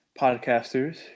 podcasters